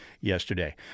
yesterday